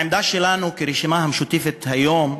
העמדה שלנו כרשימה המשותפת היום,